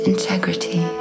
integrity